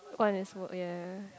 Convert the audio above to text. one is mode ya